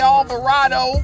Alvarado